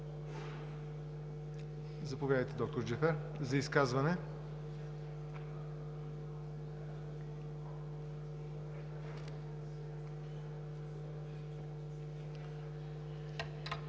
Заповядайте, доктор Джафер, за изказване.